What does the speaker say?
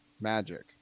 magic